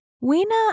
Weena